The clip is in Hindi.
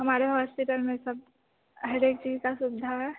हमारे हॉस्पिटल में सब हर एक चीज़ का सुविधा है